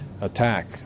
attack